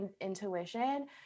intuition